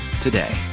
today